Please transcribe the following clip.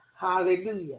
Hallelujah